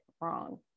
wrong